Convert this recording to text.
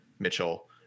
Mitchell